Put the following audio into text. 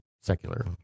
secular